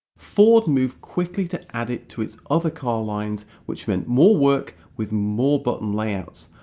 ford moved quickly to add it to its other car lines which meant more work with more button layouts,